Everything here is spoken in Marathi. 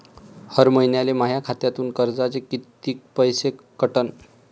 हर महिन्याले माह्या खात्यातून कर्जाचे कितीक पैसे कटन?